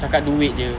cakap duit jer